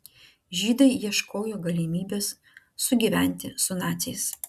žydai ieškojo galimybės sugyventi su naciais